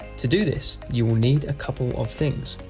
to do this you will need a couple of things.